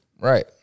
Right